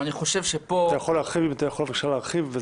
אתה יכול, בבקשה, להרחיב?